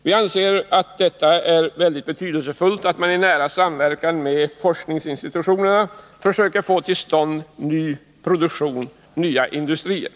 Vi anser att det är mycket betydelsefullt att man i nära samverkan med forskningsinstitutionerna försöker få till stånd ny produktion och nya industrier.